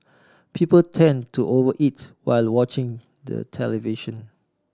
people tend to over eat while watching the television